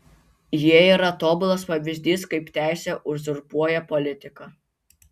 jie yra tobulas pavyzdys kaip teisė uzurpuoja politiką